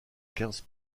quinze